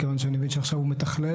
מכיוון שאני מבין שעכשיו הוא מתכלל.